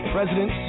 President